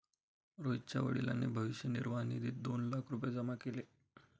रोहितच्या वडिलांनी भविष्य निर्वाह निधीत दोन लाख रुपये जमा केले